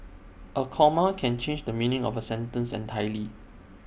A comma can change the meaning of A sentence entirely